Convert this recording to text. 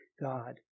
God